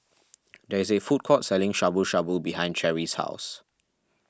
there is a food court selling Shabu Shabu behind Cherrie's house